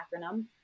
acronym